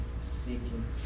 seeking